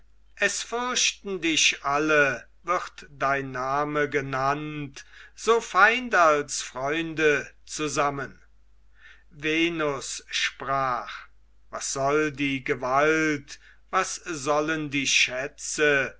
es fürchten dich alle wird dein name genannt so feind als freunde zusammen venus sprach was soll die gewalt was sollen die schätze